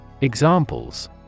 Examples